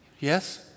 Yes